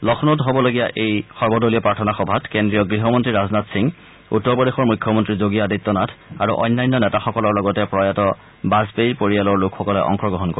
লক্ষ্ণৌত হ'বলগীয়া প্ৰাৰ্থনা সভাত কেন্দ্ৰীয় গৃহমন্ত্ৰী ৰাজনাথ সিং উত্তৰ প্ৰদেশৰ মুখ্যমন্তী যোগী আদিত্যনাথ আৰু অন্যান্য নেতাসকলৰ লগতে প্ৰয়াত বাজপেয়ীৰ পৰিয়ালৰ লোকসকলে অংশগ্ৰহণ কৰিব